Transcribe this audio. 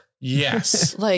Yes